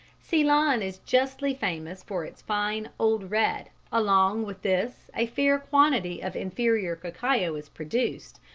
ceylon is justly famous for its fine old red along with this a fair quantity of inferior cacao is produced,